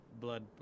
Blood